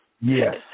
Yes